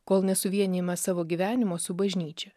kol nesuvienijame savo gyvenimo su bažnyčia